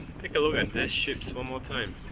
take a look at these ships one more time.